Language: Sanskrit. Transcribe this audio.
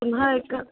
पुनः एक